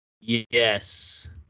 Yes